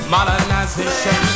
Modernization